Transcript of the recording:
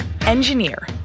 engineer